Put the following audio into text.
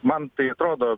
man tai atrodo nu